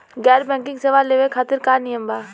गैर बैंकिंग सेवा लेवे खातिर का नियम बा?